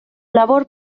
labor